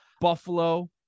Buffalo